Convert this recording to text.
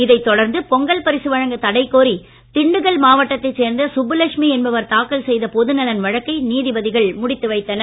இதைத் தொடர்ந்து பொங்கல் பரிசு வழங்க தடை கோரி திண்டுக்கல் மாவட்டத்தைச் சேர்ந்த சுப்புலட்சுமி என்பவர் தாக்கல் செய்த பொதுநலன் வழக்கை நீதிபதிகள் முடித்து வைத்தனர்